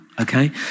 Okay